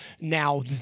Now